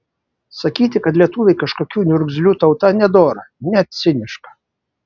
sakyti kad lietuviai kažkokių niurgzlių tauta nedora net ciniška